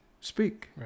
speak